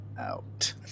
out